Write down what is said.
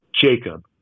Jacob